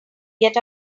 get